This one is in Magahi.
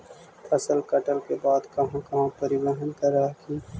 फसल कटल के बाद कहा कहा परिबहन कर हखिन?